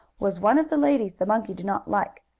was one of the ladies the monkey did not like.